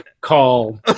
call